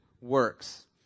works